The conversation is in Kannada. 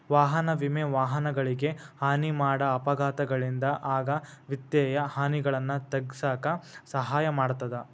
ವಾಹನ ವಿಮೆ ವಾಹನಗಳಿಗೆ ಹಾನಿ ಮಾಡ ಅಪಘಾತಗಳಿಂದ ಆಗ ವಿತ್ತೇಯ ಹಾನಿಗಳನ್ನ ತಗ್ಗಿಸಕ ಸಹಾಯ ಮಾಡ್ತದ